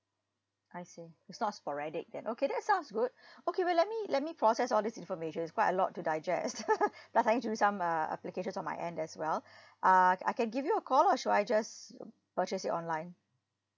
I see it's not sporadic then okay that sounds good okay wait let me let me process all these information it's quite a lot to digest but I need to do some uh applications on my end as well uh I can give you a call or should I just purchase it online